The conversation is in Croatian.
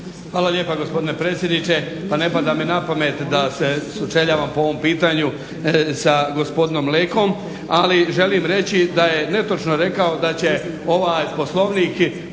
Hvala lijepa gospodine predsjedniče. Pa ne pada mi na pamet da se sučeljavam po ovom pitanju sa gospodinom Lekom, ali želim reći da je netočno rekao da će ovaj Poslovnik